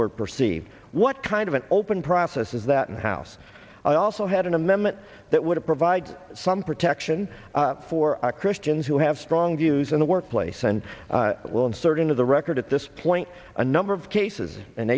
word proceed what kind of an open process is that in the house i also had an amendment that would provide some protection for our christians who have strong views in the workplace and will insert into the record at this point a number of cases an